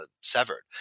severed